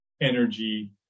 energy